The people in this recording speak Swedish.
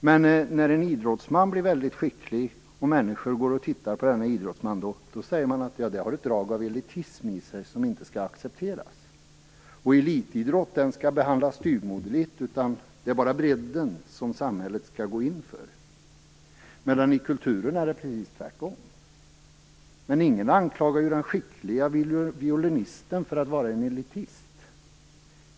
Men när en idrottsman blir väldigt skicklig och människor går och tittar på denne, säger man att det har ett drag elitism som inte skall accepteras. Och elitidrott skall behandlas styvmoderligt. Det är bara bredden som samhället skall gå in för. Inom kulturen är det precis tvärtom. Men ingen anklagar den skickliga violinisten för att vara en elitist.